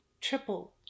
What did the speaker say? triple